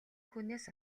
хүнээс